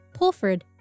Pulford